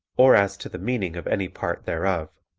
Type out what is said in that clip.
or as to the meaning of any part thereof,